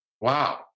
Wow